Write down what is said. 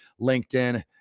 LinkedIn